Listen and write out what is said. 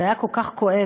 זה היה כל כך כואב.